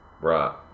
Right